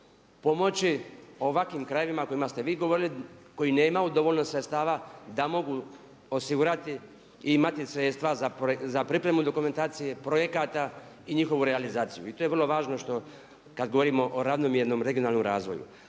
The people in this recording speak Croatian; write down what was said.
pomoći ovakvim krajevima o kojima ste vi govorili koji nemaju dovoljno sredstava da mogu osigurati i imati sredstva za pripremu dokumentacije, projekata i njihovu realizaciju. I to je vrlo važno što kad govorimo o ravnomjernom regionalnom razvoju.